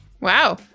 Wow